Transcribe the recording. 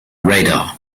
radar